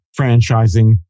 franchising